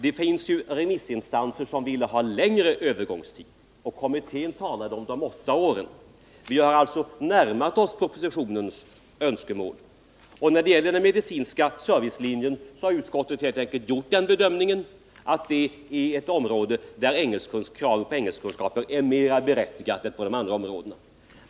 Det finns remissinstanser som ville ha en längre övergångstid, och kommittén talade om åtta år. När det gäller den medicinska servicelinjen har utskottet helt enkelt gjort den bedömningenratt det är ett område där kraven på engelskkunskaper är mer berättigade än på de andra områdena.